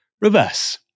reverse